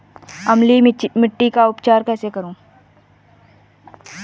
अम्लीय मिट्टी का उपचार कैसे करूँ?